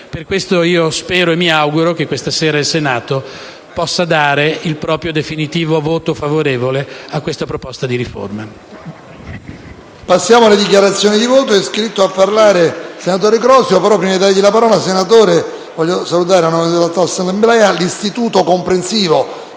Per questo spero e mi auguro che questa sera il Senato possa dare il proprio definitivo voto favorevole a questa proposta di riforma.